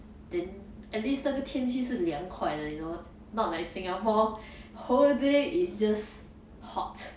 then at least 那个天气是凉快的 you know not like singapore whole day is just hot